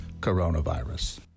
coronavirus